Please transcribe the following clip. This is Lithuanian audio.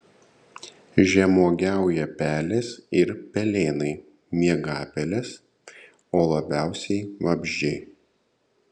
žemuogiauja pelės ir pelėnai miegapelės o labiausiai vabzdžiai